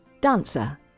dancer